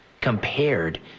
compared